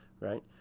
right